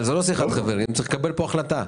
אבל אנחנו צריכים לקבל פה החלטה.